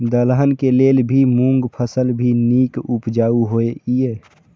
दलहन के लेल भी मूँग फसल भी नीक उपजाऊ होय ईय?